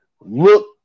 look